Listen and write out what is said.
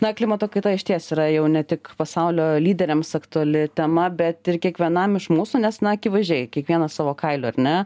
na klimato kaita išties yra jau ne tik pasaulio lyderiams aktuali tema bet ir kiekvienam iš mūsų nes na akivaizdžiai kiekvienas savo kailiu ar ne